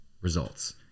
results